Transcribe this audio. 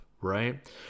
right